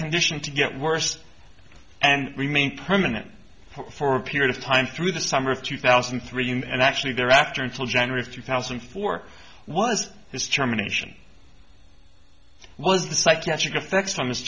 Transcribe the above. condition to get worse and remain permanent for a period of time through the summer of two thousand and three and actually there after until january two thousand and four was his germination it was the psychiatric effects from his